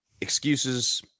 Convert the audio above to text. excuses